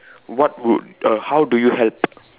what would uh how do you help